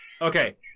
Okay